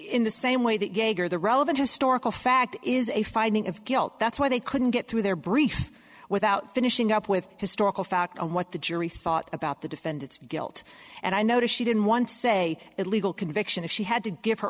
in the same way that gager the relevant historical fact is a finding of guilt that's why they couldn't get through their brief without finishing up with historical fact on what the jury thought about the defendant's guilt and i notice she didn't want to say that legal conviction if she had to give her